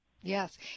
Yes